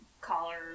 collar